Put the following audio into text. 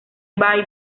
bye